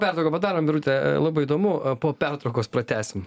pertrauką padarom birute labai įdomu po pertraukos pratęsim